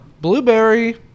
blueberry